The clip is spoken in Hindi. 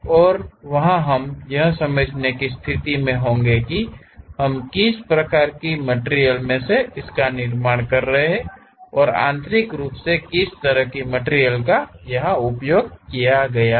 और वहां हम यह समझने की स्थिति में होंगे कि हम किस प्रकार के मटिरियल मे से निर्माण कर रहे हैं और आंतरिक रूप से किस तरह की मटिरियल का उपयोग किया गया है